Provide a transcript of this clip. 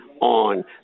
on